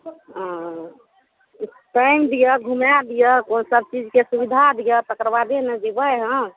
ओ time दिअ घुमाए दिअ सबचीजके सुबिधा दिअ तकर बादे ने जेबै हम